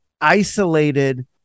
isolated